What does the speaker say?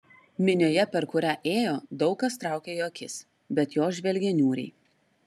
minioje per kurią ėjo daug kas traukė jo akis bet jos žvelgė niūriai